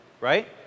right